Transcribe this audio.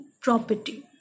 property